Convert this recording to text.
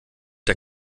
der